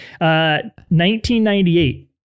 1998